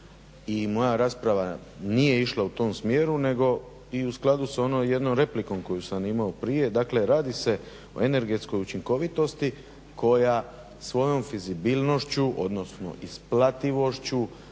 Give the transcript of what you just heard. moja rasprava nije išla u tom smjeru, nego i u skladu sa onom jednom replikom koju sam imao prije. Dakle, radi se o energetskoj učinkovitosti koja svojom fizibilnošću, odnosno isplativošću